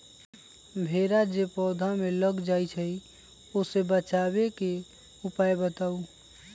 भेरा जे पौधा में लग जाइछई ओ से बचाबे के उपाय बताऊँ?